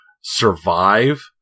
survive